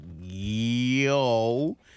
yo